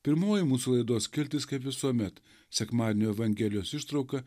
pirmoji mūsų laidos skiltis kaip visuomet sekmadienio evangelijos ištrauka